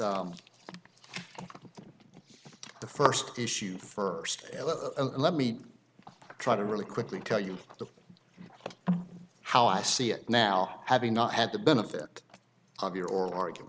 about the first issue first let me try to really quickly tell you how i see it now having not had the benefit of your or